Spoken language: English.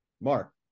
Mark